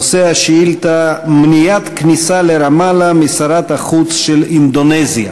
נושא השאילתה: מניעת כניסה לרמאללה משרת החוץ של אינדונזיה.